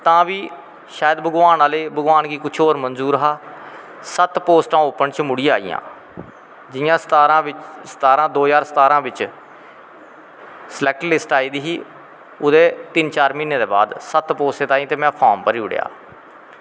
तां बी शायद भगवान गी कुश होर मंजूर हा सत्त पोस्टां ओपन च मुड़ियै आईयां जियां सतारां दो ज्हार सतारां बिच्च स्लैक्ट लिस्ट आई दी ही ओह्दे तिन्न चार महीनें दे बाद सत्त पोस्टें तांई ते में फार्म भरी ओड़ेआ